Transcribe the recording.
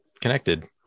connected